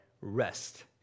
rest